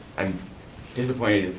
i'm disappointed